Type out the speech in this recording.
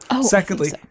Secondly